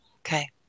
Okay